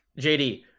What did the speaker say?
JD